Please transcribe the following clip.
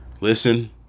listen